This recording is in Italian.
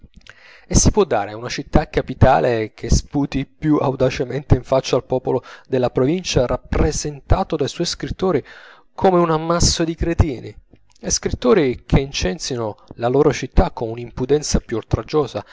e si può dare una città capitale che sputi più audacemente in faccia al popolo della provincia rappresentato dai suoi scrittori come un ammasso di cretini e scrittori che incensino la loro città con una impudenza più oltraggiosa